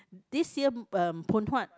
this year uh Phoon Huat